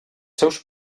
seus